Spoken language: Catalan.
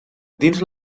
dins